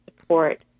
support